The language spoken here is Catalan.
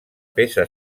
peça